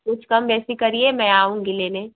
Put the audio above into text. कुछ कम ऐसी करिये मैं आऊँगी लेने